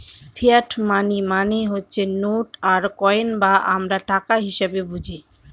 fiat money মানে হচ্ছে note আর কয়েন যা আমরা টাকা হিসেবে বুঝি